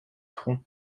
tronc